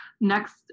next